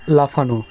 লাফানো